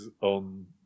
on